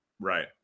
Right